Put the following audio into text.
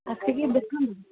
ଆସିକି ଦେଖାନ୍ତୁ